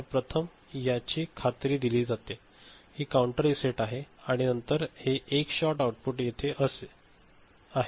तर प्रथम याची खात्री दिली जाते की काउंटर रीसेट आहे आणि नंतर हे एक शॉट आउटपुट येथे येत आहे